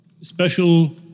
special